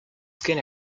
skin